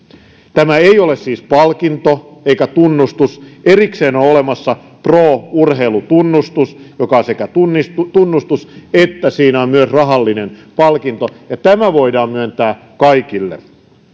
tämä ei ole siis palkinto eikä tunnustus erikseen on olemassa pro urheilu tunnustus joka on sekä tunnustus että myös rahallinen palkinto ja tämä voidaan myöntää kaikille